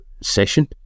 session